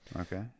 Okay